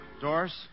Doris